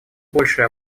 большей